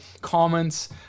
comments